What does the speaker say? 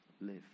live